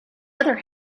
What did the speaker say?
other